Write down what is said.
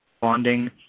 bonding